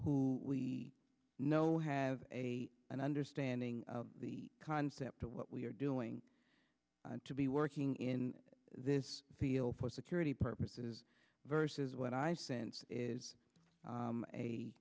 who we know have a an understanding of the concept of what we are doing to be working in this field for security purposes versus what i sense is